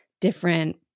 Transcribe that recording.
different